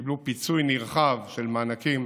של מענקים